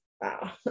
Wow